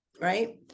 right